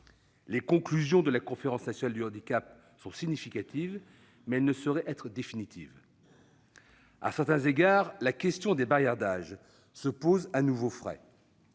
Les conclusions de la Conférence nationale du handicap sont significatives, mais elles ne sauraient être définitives. À certains égards, la question des barrières d'âge se pose à nouveaux frais.